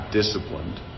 disciplined